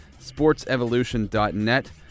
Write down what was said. sportsevolution.net